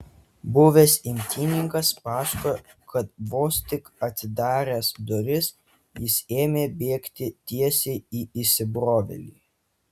buvęs imtynininkas pasakojo kad vos tik atidaręs duris jis ėmė bėgti tiesiai į įsibrovėlį